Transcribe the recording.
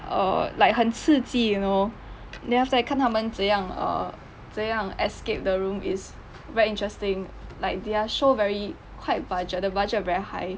err like 很刺激 you know then after that 看他们怎样 err 怎样 escape the room it's very interesting like their show very quite budget the budget very high